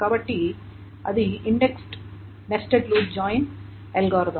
కాబట్టి అది indexed nested loop join algorithm